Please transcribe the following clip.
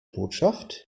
botschaft